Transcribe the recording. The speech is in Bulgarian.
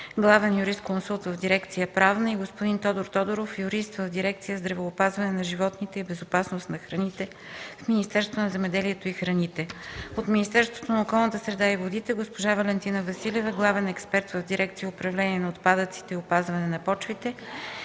главен юрисконсулт в дирекция „Правна”, и господин Тодор Тодоров – юрист в дирекция „Здравеопазване на животните и безопасност на храните” в МЗХ, а от Министерството на околната среда и водите – госпожа Валентина Василева, главен експерт в дирекция „Управление на отпадъците и опазване на почвите”